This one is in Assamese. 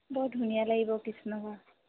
বৰ ধুনীয়া লাগিব কৃষ্ণ হোৱা